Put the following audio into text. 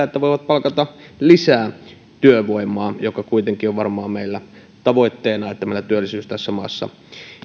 että he voivat palkata lisää työvoimaa kun meillä kuitenkin on varmaan tavoitteena että meillä työllisyys tässä maassa